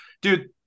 dude